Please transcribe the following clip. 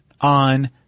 on